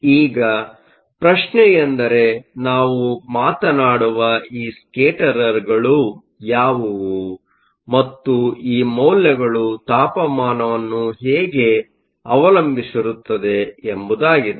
ಈಗ ಪ್ರಶ್ನೆಯೆಂದರೆ ನಾವು ಮಾತನಾಡುವ ಈ ಸ್ಕೇಟರರ್ಗಳು ಯಾವುವು ಮತ್ತು ಈ ಮೌಲ್ಯಗಳು ತಾಪಮಾನವನ್ನು ಹೇಗೆ ಅವಲಂಬಿಸಿರುತ್ತದೆ ಎಂಬುದಾಗಿದೆ